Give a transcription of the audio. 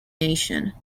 nation